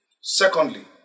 Secondly